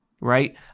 right